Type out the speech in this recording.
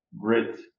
grit